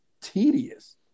tedious